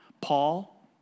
Paul